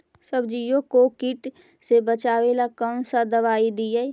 सब्जियों को किट से बचाबेला कौन सा दबाई दीए?